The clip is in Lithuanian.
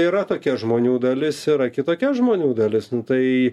yra tokia žmonių dalis yra kitokia žmonių dalis tai